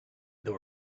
there